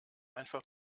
einfach